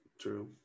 true